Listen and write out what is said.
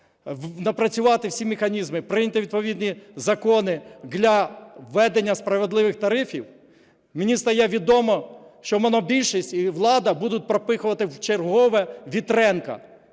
напрацювати всі механізми, прийняти відповідні закони для введення справедливих тарифів, мені стає відомо, що монобільшість і влада будуть пропихувати вчергове Вітренка.